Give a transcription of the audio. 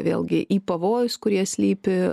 vėlgi į pavojus kurie slypi